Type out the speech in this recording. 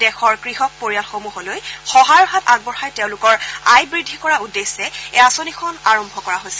দেশৰ কৃষক পৰিয়ালসমূহলৈ সহায়ৰ হাত আগবঢ়াই তেওঁলোকৰ আয় বৃদ্ধি কৰাৰ উদ্দেশ্যে এই আঁচনিখন আৰম্ভ কৰা হৈছিল